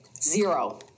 Zero